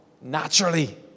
naturally